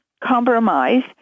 compromise